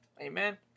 Amen